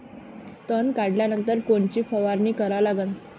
तन काढल्यानंतर कोनची फवारणी करा लागन?